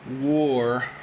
war